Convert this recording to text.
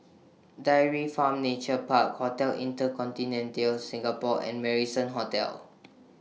Dairy Farm Nature Park Hotel InterContinental Singapore and Marrison Hotel